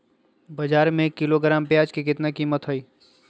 बाजार में एक किलोग्राम प्याज के कीमत कितना हाय?